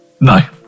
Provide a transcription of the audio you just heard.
No